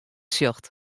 sjocht